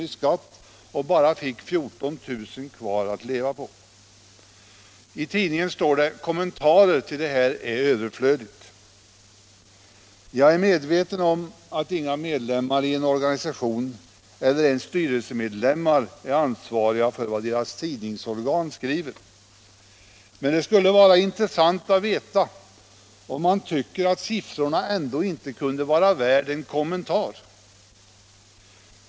i skatt och bara fick 14 000 kr. kvar att leva på. I tidningen står att kommentarer är överflödiga. Jag är medveten om att inga medlemmar i en organisation eller ens styrelsemedlemmar är ansvariga för vad deras tidningsorgan skriver, men det skulle vara intressant att veta om man tycker att siffrorna ändå inte kunde vara värda en kommentar.